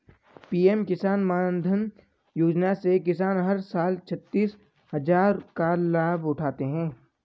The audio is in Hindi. पीएम किसान मानधन योजना से किसान हर साल छतीस हजार रुपये का लाभ उठाते है